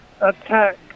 attack